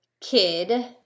kid